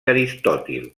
aristòtil